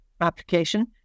application